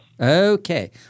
Okay